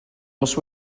nos